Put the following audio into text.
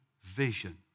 vision